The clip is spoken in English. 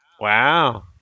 Wow